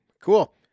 Cool